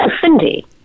Cindy